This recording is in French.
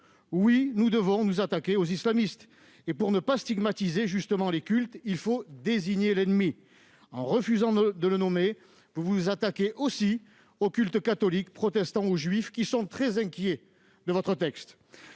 oui, nous devons nous attaquer aux islamistes ! Pour ne pas stigmatiser les cultes, il faut désigner l'ennemi. En refusant de le nommer, vous vous attaquez aussi aux cultes catholique, protestant ou juif, qui sont très inquiets de votre texte.